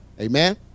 Amen